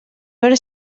veure